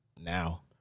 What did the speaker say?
now